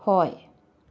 ꯍꯣꯏ